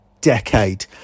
decade